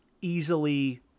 easily